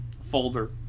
folder